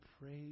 praise